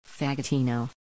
Fagatino